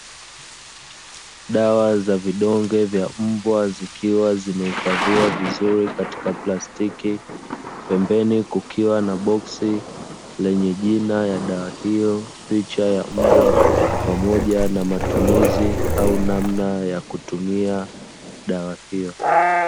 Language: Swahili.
Dawa za vidonge vya mbwa zikiwa zimehifadhiwa vizuri katika plastiki, pembeni kukiwa na boksi lenye jina la dawa hiyo, picha ya mbwa pamoja na matumizi au namna ya kutumia dawa hiyo.